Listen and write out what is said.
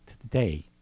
today